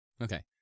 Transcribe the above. Okay